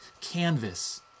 canvas